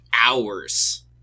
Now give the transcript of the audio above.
hours